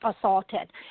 assaulted